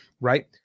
right